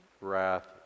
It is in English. wrath